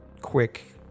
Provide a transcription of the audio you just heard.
quick